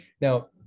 Now